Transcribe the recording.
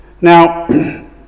Now